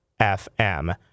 FM